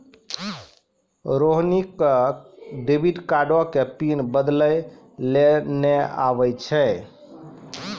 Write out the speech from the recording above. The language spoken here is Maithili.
रोहिणी क डेबिट कार्डो के पिन बदलै लेय नै आबै छै